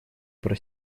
про